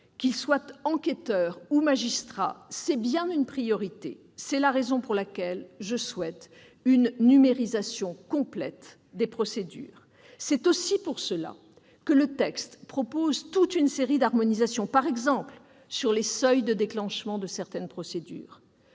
qu'ils soient enquêteurs ou magistrats, est bien une priorité. C'est la raison pour laquelle je souhaite une numérisation complète des procédures. C'est aussi pour cela que le texte prévoit toute une série d'harmonisations, concernant par exemple les seuils de déclenchement de certaines procédures.